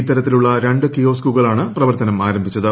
ഇത്തരത്തിലുള്ള രണ്ടു കിയോസ്കുകളാണ് പ്രവർത്തനം ആരംഭിച്ചത്